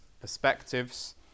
perspectives